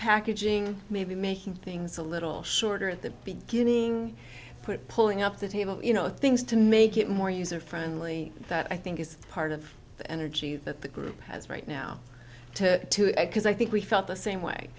packaging maybe making things a little shorter at the beginning put pulling up the table you know things to make it more user friendly that i think is part of the energy that the group has right now to because i think we felt the same way